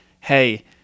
hey